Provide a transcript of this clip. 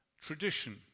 Tradition